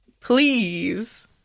Please